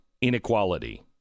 Inequality